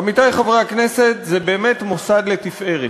עמיתי חברי הכנסת, זה באמת מוסד לתפארת,